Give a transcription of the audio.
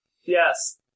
Yes